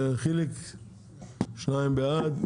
מי נמנע?